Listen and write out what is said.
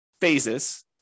phases